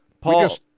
Paul